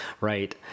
Right